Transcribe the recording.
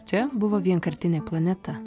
čia buvo vienkartinė planeta